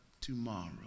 tomorrow